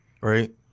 right